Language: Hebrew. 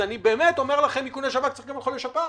אני באמת אומר לכם שצריך איכוני שב"כ גם על חולי שפעת.